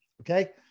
okay